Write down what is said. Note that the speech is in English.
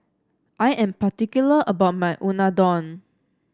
I am particular about my Unadon